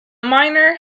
miner